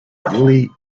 julie